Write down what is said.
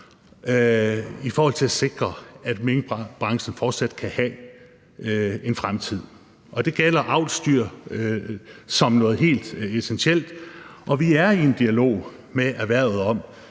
først, for at sikre, at minkbranchen fortsat kan have en fremtid. Det gælder avlsdyr som noget helt essentielt, og vi er i en dialog med erhvervet om,